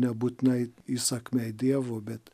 nebūtinai įsakmiai dievu bet